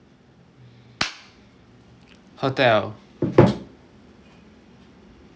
hotel